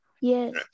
Yes